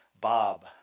Bob